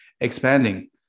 expanding